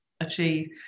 achieve